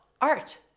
art